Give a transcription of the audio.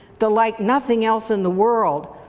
the like nothing else in the world,